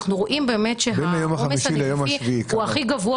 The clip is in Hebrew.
אנחנו רואים באמת שהעומס הנגיפי הוא הכי גבוה